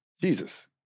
Jesus